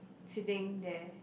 sitting there